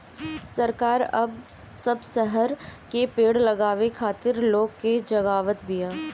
सरकार अब सब शहर में पेड़ लगावे खातिर लोग के जगावत बिया